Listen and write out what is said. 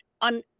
on